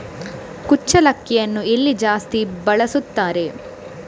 ಕುಚ್ಚಲಕ್ಕಿಯನ್ನು ಎಲ್ಲಿ ಜಾಸ್ತಿ ಬೆಳೆಸುತ್ತಾರೆ?